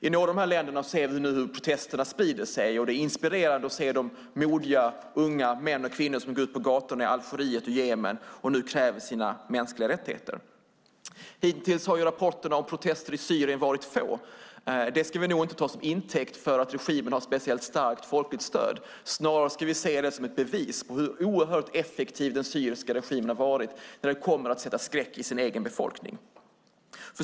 I några av dessa länder ser vi hur protesterna sprider sig, och det är inspirerande att se hur modiga unga män och kvinnor går ut på gatorna i Algeriet och Jemen och kräver mänskliga rättigheter. Hittills har rapporterna om protester i Syrien varit få. Det ska vi nog inte ta som intäkt för att regimen har speciellt starkt folkligt stöd. Snarare ska vi se det som ett bevis på hur effektiv den syriska regimen har varit när det gäller att sätta skräck i sin egen befolkning.